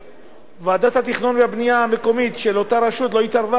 וועדת התכנון והבנייה המקומית של אותה רשות לא התערבה,